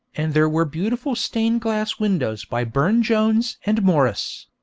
and there were beautiful stained-glass windows by burne-jones and morris.